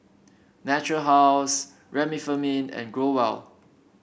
Natura House Remifemin and Growell